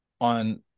on